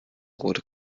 rote